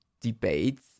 debates